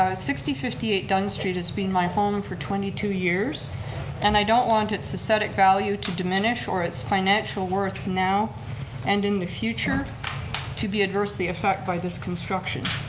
ah fifty eight dunn street has been my home for twenty two years and i don't want its aesthetic value to diminish or its financial worth now and in the future to be adversely effected by this construction.